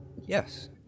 Yes